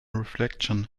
reflection